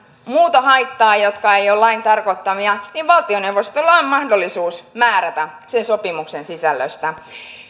muuta haittaa joka ei ole lain tarkoittamaa niin valtioneuvostolla on mahdollisuus määrätä sen sopimuksen sisällöstä